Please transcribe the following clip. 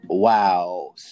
Wow